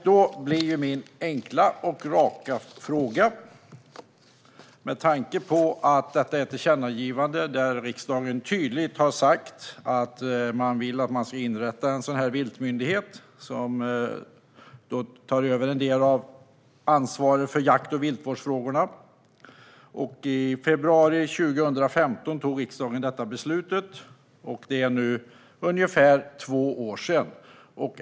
Detta är ett tillkännagivande där riksdagen tydligt har sagt att man vill att en sådan här viltmyndighet, som tar över en del av ansvaret för jakt och viltvårdsfrågorna, ska inrättas. Riksdagen tog detta beslut i februari 2015, alltså för ungefär två år sedan.